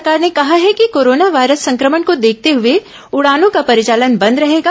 केन्द्र सरकार ने कहा है कि कोरोना वायरस संक्रमण को देखते हए उड़ानों का परिचालन बंद रहेगा